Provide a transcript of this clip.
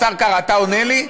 השר קרא, אתה עונה לי?